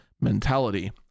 mentality